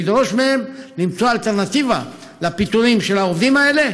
לדרוש מהם למצוא אלטרנטיבה לפיטורים של העובדים האלה,